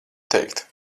teikt